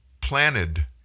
planted